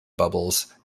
bubbles